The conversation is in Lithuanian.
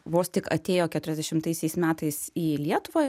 vos tik atėjo keturiasdešimaisiais metais į lietuvą